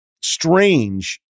strange